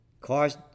Cars